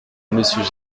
monsieur